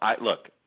look